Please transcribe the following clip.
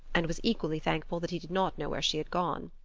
and was equally thankful that he did not know where she had gone.